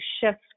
shift